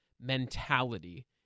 mentality